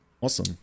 awesome